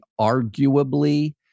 arguably